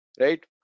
right